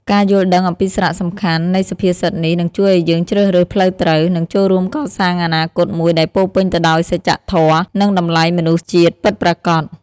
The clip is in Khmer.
ការយល់ដឹងអំពីសារៈសំខាន់នៃសុភាសិតនេះ នឹងជួយឲ្យយើងជ្រើសរើសផ្លូវត្រូវ និងចូលរួមកសាងអនាគតមួយដែលពោរពេញទៅដោយសច្ចធម៌ និងតម្លៃមនុស្សជាតិពិតប្រាកដ។